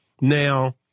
Now